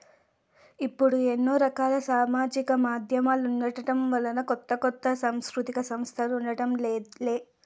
ఇప్పుడు ఎన్నో రకాల సామాజిక మాధ్యమాలుండటం వలన కొత్త కొత్త సాంస్కృతిక సంస్థలు పుట్టడం లే